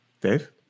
dave